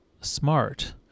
smart